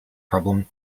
problem